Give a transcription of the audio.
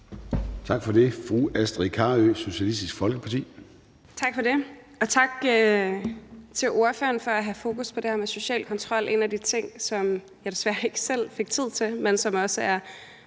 Tak for det.